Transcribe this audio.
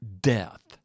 death